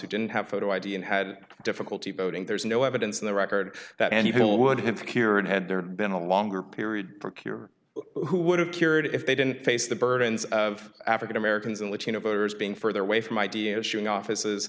who didn't have photo id and had difficulty voting there is no evidence in the record that any bill would have cured had there been a longer period for cure who would have cured if they didn't face the burdens of african americans and latino voters being further away from ideas showing office